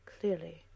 Clearly